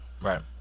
Right